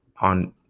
on